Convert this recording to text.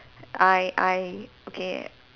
I I okay